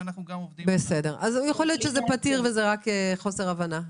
ואנחנו גם עובדים --- יכול להיות שזה פתיר וזה רק חוסר הבנה.